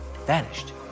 vanished